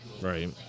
Right